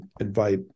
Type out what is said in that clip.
invite